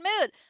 mood